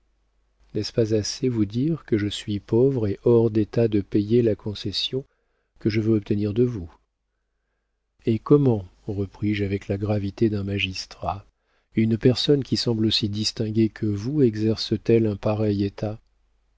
n'est-ce pas assez vous dire que je suis pauvre et hors d'état de payer la concession que je veux obtenir de vous et comment repris-je avec la gravité d'un magistrat une personne qui semble aussi distinguée que vous exerce t elle un pareil état